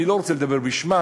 אני לא רוצה לדבר בשמה,